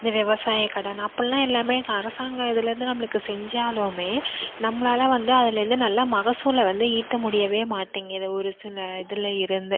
இந்த விவசாயக் கடன் அப்படில்லாம் எல்லாமே அரசாங்க இதில் இருந்து நம்மளுக்கு செஞ்சாலுமே நம்மளால் வந்து அதில் இருந்து நல்ல மகசூலை வந்து ஈட்ட முடியவே மாட்டேங்குது ஒரு சில இதில் இருந்து